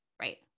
Right